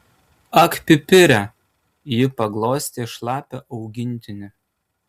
ak pipire ji paglostė šlapią augintinį